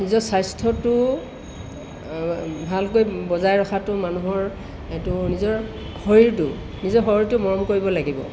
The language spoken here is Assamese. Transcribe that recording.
নিজৰ স্বাস্থ্যটো ভালকৈ বজাই ৰখাটো মানুহৰ এইটো নিজৰ শৰীৰটো নিজৰ শৰীৰটো মৰম কৰিব লাগিব